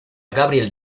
gabriel